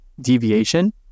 deviation